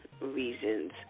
Reasons